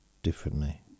differently